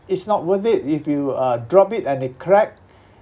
it's not worth it if you uh drop it and it crack